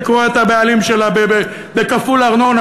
לקרוע את הבעלים שלה בכפול ארנונה.